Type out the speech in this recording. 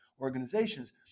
organizations